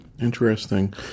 Interesting